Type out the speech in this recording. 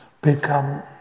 become